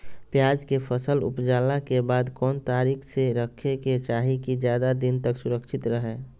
प्याज के फसल ऊपजला के बाद कौन तरीका से रखे के चाही की ज्यादा दिन तक सुरक्षित रहय?